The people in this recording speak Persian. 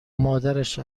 مادرش